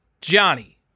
Johnny